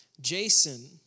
Jason